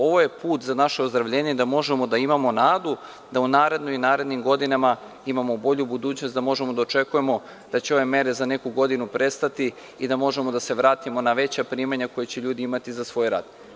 Ovo je put za naše ozdravljenje, da možemo da imamo nadu da u narednim i narednim godinama imamo bolju budućnost, da možemo da očekujemo da će ove mere za neku godinu prestati i da možemo da se vratimo na veća primanja koja će ljudi imati za svoj rad.